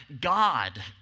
God